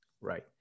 Right